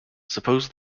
suppose